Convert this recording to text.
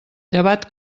llevat